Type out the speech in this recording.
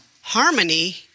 harmony